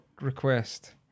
request